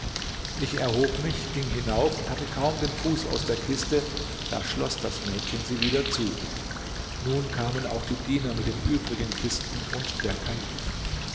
ich erhob mich ging hinauf und hatte kaum den fuß aus der kiste da schloß das mädchen sie wieder zu nun kamen auch die diener mit den übrigen kisten und der kalif